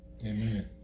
Amen